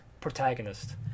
protagonist